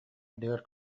ардыгар